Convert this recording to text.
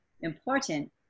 important